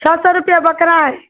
छः सौ रुपया बकरा है